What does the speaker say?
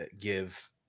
give